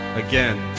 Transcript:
again,